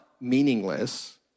meaningless